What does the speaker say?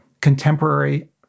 contemporary